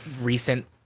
recent